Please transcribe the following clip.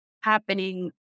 happening